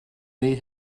need